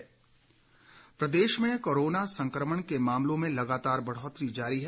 corona प्रदेश में corona संकमण के मामलों में लगातार बढ़ोतरी जारी है